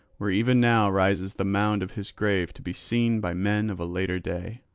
where even now rises the mound of his grave to be seen by men of a later day.